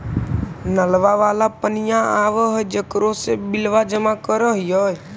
नलवा वाला पनिया आव है जेकरो मे बिलवा जमा करहिऐ?